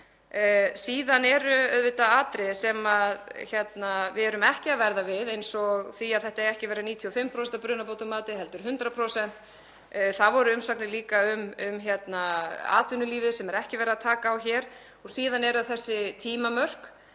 Síðan eru auðvitað atriði sem við erum ekki að verða við eins og því að þetta eigi ekki að vera 95% af brunabótamati heldur 100%. Það voru umsagnir líka um atvinnulífið sem er ekki verið að taka á hér og síðan eru það þessi tímamörk